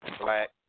Black